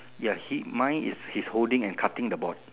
yes he mine is he's holding and cutting the board